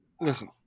listen